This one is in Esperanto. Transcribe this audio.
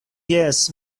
jes